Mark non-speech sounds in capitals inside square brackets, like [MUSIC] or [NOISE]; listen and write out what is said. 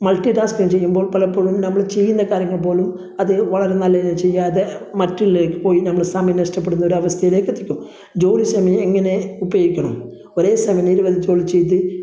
multitasking ചെയ്യുമ്പോൾ പലപ്പൊഴും നമ്മൾ ചെയ്യുന്ന കാര്യങ്ങൾ പോലും അത് വളരെ നല്ല രീതിയിൽ ചെയ്യാതെ മറ്റുള്ളവയിലേക്ക് പോയി നമ്മൾ സമയം നഷ്ടപ്പെടുത്തുന്നൊരു അവസ്ഥയിലേക്കെത്തിക്കും ജോലി സമയം എങ്ങനെ ഉപയോഗിക്കണം ഒരേ സമയം [UNINTELLIGIBLE] ഒരു ജോലി ചെയ്ത്